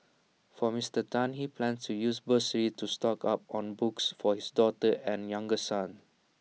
for Mister Tan he plans to use bursary to stock up on books for his daughter and younger son